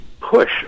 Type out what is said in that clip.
push